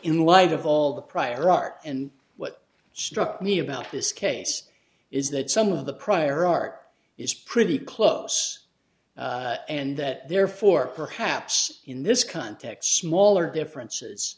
in light of all the prior art and what struck me about this case is that some of the prior art is pretty close and that therefore perhaps in this context smaller differences